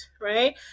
right